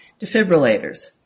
defibrillators